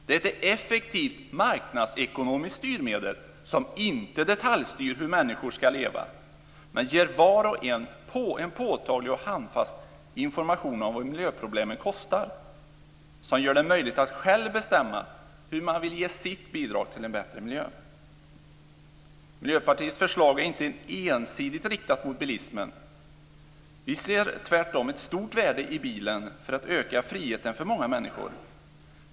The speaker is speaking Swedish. Det är ett effektivt marknadsekonomiskt styrmedel som inte detaljstyr hur människor ska leva men ger var och en påtaglig och handfast information om vad miljöproblemen kostar. Det gör det möjligt att själv bestämma hur man vill ge sitt bidrag till en bättre miljö. Miljöpartiets förslag är inte ensidigt riktat mot bilismen. Vi ser tvärtom ett stort värde i bilen för att öka friheten för många människor.